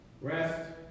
rest